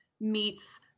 meets